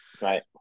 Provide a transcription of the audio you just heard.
right